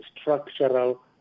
structural